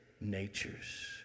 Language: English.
natures